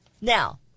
Now